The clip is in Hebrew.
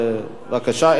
בבקשה.